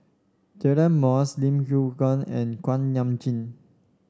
Deirdre Moss Lim Yew Hock and Kuak Nam Jin